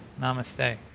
Namaste